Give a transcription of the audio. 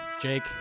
jake